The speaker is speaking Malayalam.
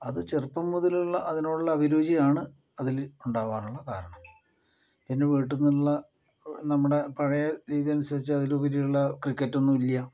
അത് ചെറുപ്പം മുതലുള്ള അതിനോടുള്ള അഭിരുചി ആണ് അതിൽ ഉണ്ടാകാനുള്ള കാരണം എൻറെ വീട്ടിൽ നിന്നുള്ള നമ്മുടെ പഴയ രീതി അനുസരിച്ച് അതിലുപരി ഉള്ള ക്രിക്കറ്റ് ഒന്നുമില്ല